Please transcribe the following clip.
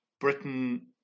Britain